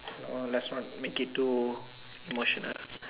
uh let's not make it too emotional